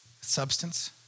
Substance